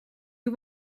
you